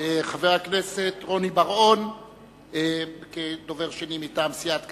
חבר הכנסת רוני בר-און כדובר שני מטעם סיעת קדימה,